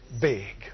Big